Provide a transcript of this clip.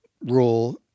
rule